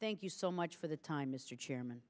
thank you so much for the time mr chairman